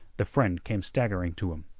the friend came staggering to him.